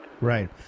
Right